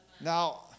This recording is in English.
Now